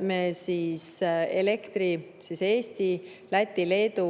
me Eesti, Läti ja Leedu